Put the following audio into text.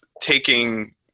taking